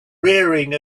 rearing